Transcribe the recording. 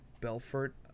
Belfort